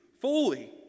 fully